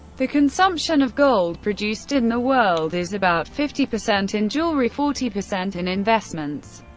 the consumption of gold produced in the world is about fifty percent in jewelry, forty percent in investments,